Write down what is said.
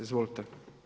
Izvolite.